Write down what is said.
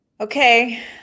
Okay